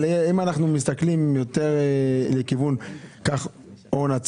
אם אנחנו מסתכלים יותר לכיוון נצרת.